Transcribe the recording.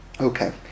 Okay